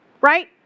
right